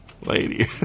lady